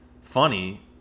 funny